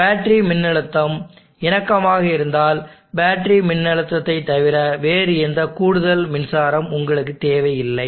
எனவே பேட்டரி மின்னழுத்தம் இணக்கமாக இருந்தால் பேட்டரி மின்னழுத்தத்தைத் தவிர வேறு எந்த கூடுதல் மின்சாரம் உங்களுக்குத் தேவையில்லை